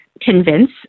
convince